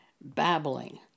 babbling